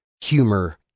humor